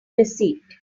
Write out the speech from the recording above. receipt